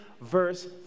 verse